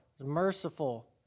merciful